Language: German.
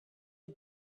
die